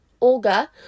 Olga